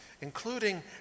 including